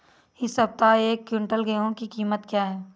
इस सप्ताह एक क्विंटल गेहूँ की कीमत क्या है?